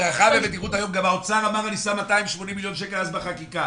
גם האוצר אמר: אני שם 280 מיליון שקל אז בחקיקה.